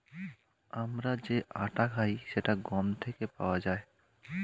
আমরা যে আটা খাই সেটা গম থেকে পাওয়া যায়